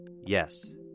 Yes